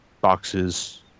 boxes